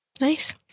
Nice